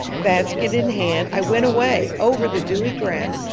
basket in hand i went away, over the dewy grass,